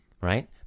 Right